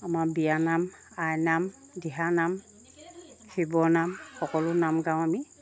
আমাৰ বিয়ানাম আইনাম দিহানাম শিৱনাম সকলো নাম গাওঁ আমি